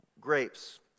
grapes